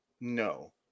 No